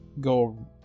go